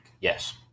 Yes